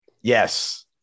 Yes